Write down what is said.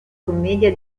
commedia